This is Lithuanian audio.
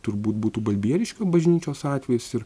turbūt būtų balbieriškio bažnyčios atvejis ir